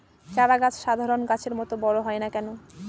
চারা গাছ সাধারণ গাছের মত বড় হয় না কেনো?